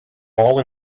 all